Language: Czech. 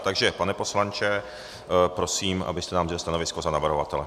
Takže pane poslanče, prosím, abyste nám řekl stanovisko za navrhovatele.